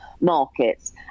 markets